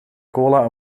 cola